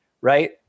right